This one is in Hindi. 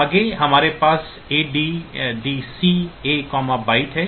आगे हमारे पास ADDC A बाइट है